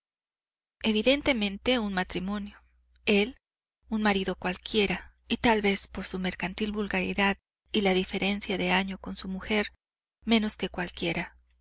evidentemente un matrimonio el un marido cualquiera y tal vez por su mercantil vulgaridad y la diferencia de año con su mujer menos que cualquiera